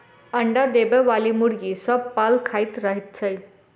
अंडा देबयबाली मुर्गी सभ पाल खाइत रहैत छै